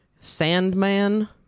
Sandman